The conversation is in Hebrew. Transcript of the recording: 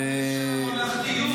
שר המשפטים,